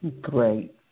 Great